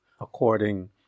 according